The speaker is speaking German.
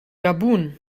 gabun